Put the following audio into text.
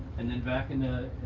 and then back in the